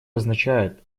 означает